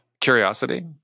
curiosity